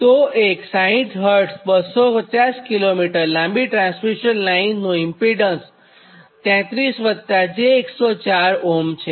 તોએક 60 Hz 250 km લાંબી transmission લાઇનનું impedance 33 j104Ω છે